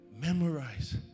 Memorize